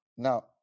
Now